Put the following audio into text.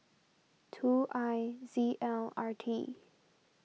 two I Z L R T